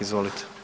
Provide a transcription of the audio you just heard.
Izvolite.